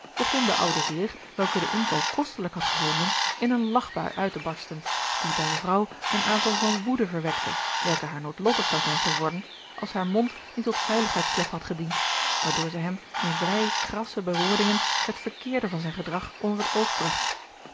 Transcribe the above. begon de oude heer welke den inval kostelijk had gevonden in eene lachbui uit te barsten die bij mevrouw een aanval van woede verwekte welke haar noodlottig zou zijn geworden als haar mond niet tot veiligheidsklep had gediend waardoor zij hem in vrij krasse bewoordingen het verkeerde van zijn gedrag onder het oog bragt